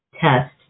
test